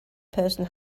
person